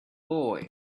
boy